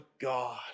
God